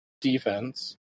defense